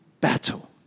battle